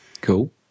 Cool